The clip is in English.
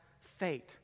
fate